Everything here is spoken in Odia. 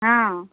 ହଁ